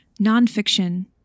nonfiction